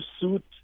suit